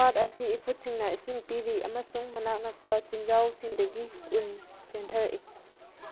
ꯄꯥꯠ ꯑꯁꯤ ꯏꯐꯨꯠꯁꯤꯡꯅ ꯏꯁꯤꯡ ꯄꯤꯔꯤ ꯑꯃꯁꯨꯡ ꯃꯅꯥꯛ ꯅꯛꯄ ꯆꯤꯡꯖꯥꯎꯁꯤꯡꯗꯒꯤ ꯎꯟ ꯆꯦꯟꯊꯔꯛꯏ